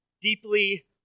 deeply